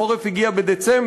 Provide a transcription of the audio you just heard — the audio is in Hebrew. החורף הגיע בדצמבר.